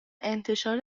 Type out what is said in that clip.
انتشار